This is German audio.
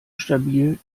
stabil